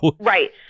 Right